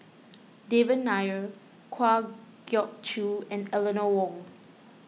Devan Nair Kwa Geok Choo and Eleanor Wong